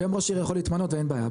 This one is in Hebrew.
היום ראש עיר יכול להתמנות ואין בעיה.